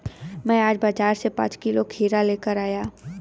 मैं आज बाजार से पांच किलो खीरा लेकर आया